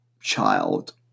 child